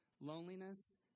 loneliness